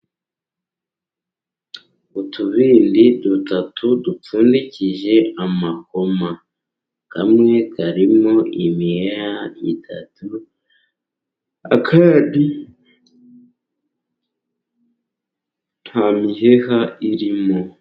Utubindi dutatu dupfundikije amakoma, kamwe karimo imiheha itatu, akadi nta miheha irimo.